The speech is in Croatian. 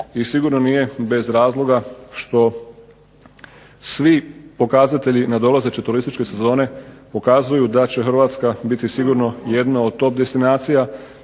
i sigurno nije bez razloga što svi pokazatelji nadolazeće turističke sezone pokazuju da će Hrvatska biti sigurno jedna od top destinacija